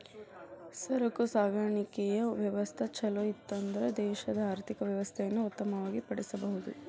ಸರಕು ಸಾಗಾಣಿಕೆಯ ವ್ಯವಸ್ಥಾ ಛಲೋಇತ್ತನ್ದ್ರ ದೇಶದ ಆರ್ಥಿಕ ವ್ಯವಸ್ಥೆಯನ್ನ ಉತ್ತಮ ಪಡಿಸಬಹುದು